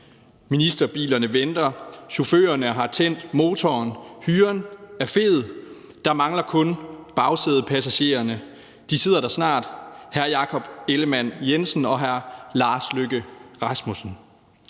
Ministerbilerne venter, chaufførerne har tændt motoren, hyren er fed, der mangler kun bagsædepassagererne. De sidder der snart: Hr. Jakob Ellemann-Jensen og hr. Lars Løkke Rasmussen.